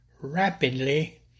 rapidly